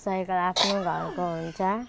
cycle आफ्नो घरको हुन्छ